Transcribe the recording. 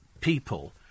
people